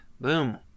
boom